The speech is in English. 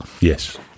Yes